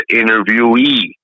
interviewee